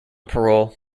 parole